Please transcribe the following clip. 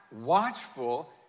watchful